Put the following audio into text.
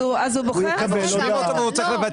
אז הוא בוחר --- הם רושמים אותו והוא צריך לבטל.